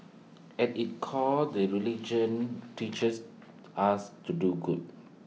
at its core the religion teaches us to do good